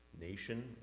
nation